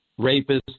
rapists